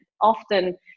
often